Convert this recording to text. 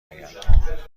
آیم